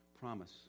promise